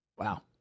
Wow